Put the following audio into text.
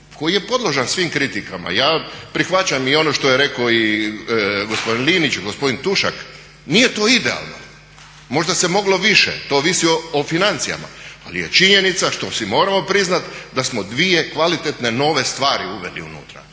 koji je podložan svim kritikama, ja prihvaćam i ono što je rekao i gospodin Linić i gospodin Tušak, nije to idealno, možda se moglo više, to ovisi o financijama, ali je činjenica što si moramo priznati da smo dvije kvalitetne nove stvari uveli unutra.